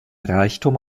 reichtum